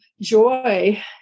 joy